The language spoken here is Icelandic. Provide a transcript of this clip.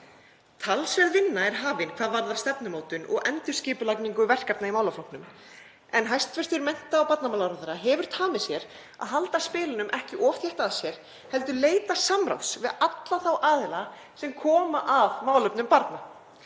Talsverð vinna er hafin hvað varðar stefnumótun og endurskipulagningu verkefna í málaflokknum en hæstv. mennta- og barnamálaráðherra hefur tamið sér að halda spilunum ekki of þétt að sér heldur leita samráðs við alla þá aðila sem koma að málefnum barna.